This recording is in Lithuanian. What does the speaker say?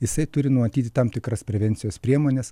jisai turi numatyti tam tikras prevencijos priemones